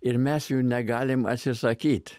ir mes jų negalim atsisakyti